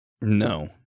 No